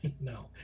no